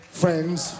friends